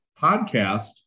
podcast